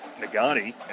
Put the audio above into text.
Nagani